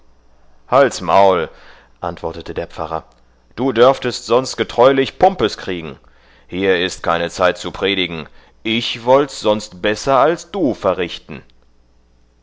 halts maul antwortete der pfarrer du dörftest sonst greulich pumpes kriegen hier ist keine zeit zu predigen ich wollts sonst besser als du verrichten